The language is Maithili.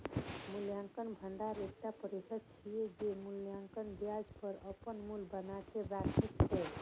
मूल्यक भंडार एकटा परिसंपत्ति छियै, जे मूल्यह्रासक बजाय अपन मूल्य बनाके राखै छै